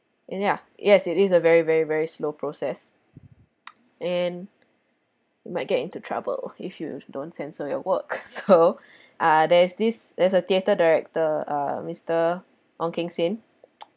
and ya yes it is a very very very slow process and you might get into trouble if you don't censor your work so ah there's this there's a theatre director mister ong keng sen